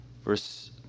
verse